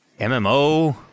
mmo